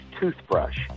toothbrush